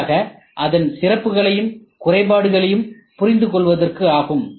பதிலாக அதன் சிறப்புகளையும் குறைபாடுகளையும் புரிந்து கொள்வதற்கு ஆகும்